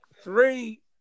three